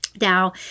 Now